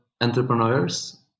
entrepreneurs